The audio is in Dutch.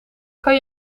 kan